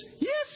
yes